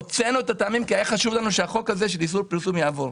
הוצאנו את הטעמים כי היה חשוב לנו שהחוק הזה של איסור פרסום יעבור.